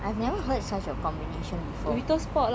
what !aiyo! it's damn shiok leh